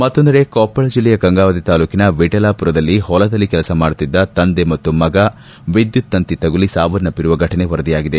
ಮತ್ತೊಂದೆಡೆ ಕೊಪ್ಪಳ ಜಲ್ಲೆಯ ಗಂಗಾವತಿ ತಾಲೂಕಿನ ವಿಠಲಾಪುರದಲ್ಲಿ ಹೊಲದಲ್ಲಿ ಕೆಲಸ ಮಾಡುತ್ತಿದ್ದ ತಂದೆ ಮತ್ತು ಮಗ ವಿದ್ಯುತ್ ತಂತಿ ತಗುಲಿ ಸಾವನ್ನಪ್ಪಿರುವ ಫಟನೆ ವರದಿಯಾಗಿದೆ